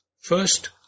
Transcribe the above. First